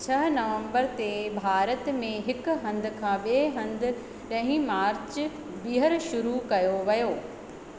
छह नवंबर ते भारत में हिक हंधि खां ॿिए हंधि ॾहीं मार्च ॿीहर शुरू कयो वियो